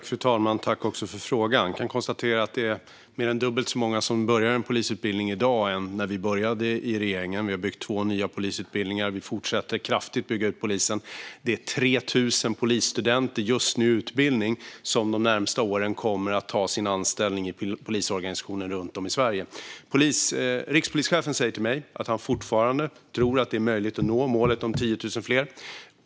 Fru talman! Jag tackar för frågan. Jag kan konstatera att det är mer än dubbelt så många som börjar en polisutbildning i dag jämfört med när regeringen tillträdde. Vi har byggt två nya polisutbildningar, och vi fortsätter att kraftigt bygga ut polisen. Just nu är det 3 000 polisstudenter under utbildning, och de kommer att ta anställning i polisorganisationen runt om i Sverige under de närmaste åren. Rikspolischefen säger till mig att han fortfarande tror att det är möjligt att nå målet om 10 000 fler.